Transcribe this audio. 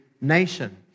nation